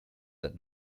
that